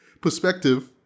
perspective